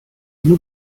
ohne